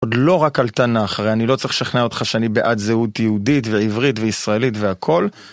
עוד לא רק על תנ״ך, הרי אני לא צריך לשכנע אותך שאני בעד זהות יהודית ועברית וישראלית והכול.